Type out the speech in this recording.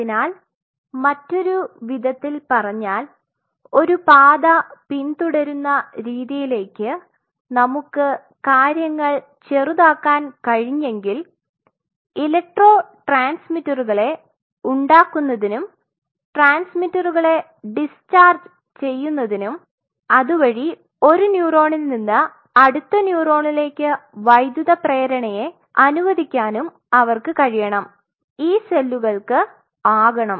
അതിനാൽ മറ്റൊരു വിധത്തിൽ പറഞ്ഞാൽ ഒരു പാത പിൻതുടരുന്ന രീതിയിലേക് നമ്മുക് കാര്യങ്ങൾ ചെറുതാകാൻ കഴിഞ്ഞെങ്കിൽ ഇലക്ട്രോ ട്രാൻസ്മിറ്ററുകളെ ഉണ്ടാകുന്നതിനും ട്രാൻസ്മിറ്ററുകളെ ഡിസ്ചാർജ് ചെയ്യുന്നതിനും അതുവഴി ഒരു ന്യൂറോണിൽ നിന്ന് അടുത്ത ന്യൂറോണിലേക്ക് വൈദ്യുത പ്രേരണയെ അനുവദിക്കാനും അവർക്ക് കഴിയണം ഈ സെല്ലുകൾക് ആകണം